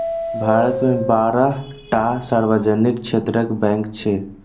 भारत मे बारह टा सार्वजनिक क्षेत्रक बैंक छै